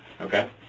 okay